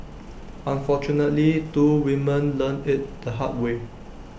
unfortunately two women learnt IT the hard way